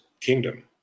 kingdom